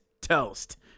toast